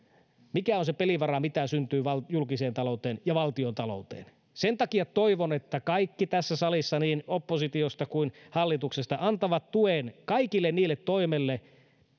mikä on se pelivara mitä syntyy julkiseen talouteen ja valtiontalouteen sen takia toivon että kaikki tässä salissa niin oppositiosta kuin hallituksesta antavat tuen kaikille niille toimille